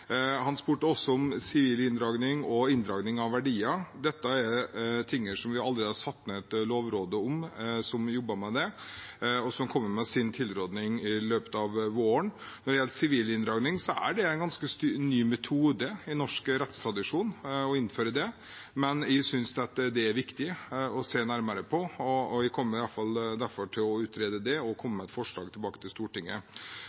inndragning av verdier. Dette er noe som vi allerede har satt ned et lovråd om. De jobber med det og kommer med sin tilrådning i løpet av våren. Når det gjelder sivil inndragning, er det en ganske ny metode i norsk rettstradisjon, men jeg synes det er viktig å se nærmere på det. Jeg kommer derfor til å utrede det og komme